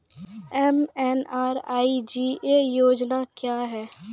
MNREGA योजना क्या हैं?